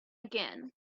again